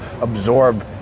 absorb